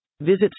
Visit